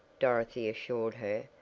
dorothy assured her,